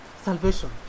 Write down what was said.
salvation